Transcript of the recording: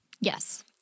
Yes